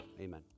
amen